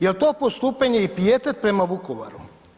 Jel to postupanje i pijetet prema Vukovaru?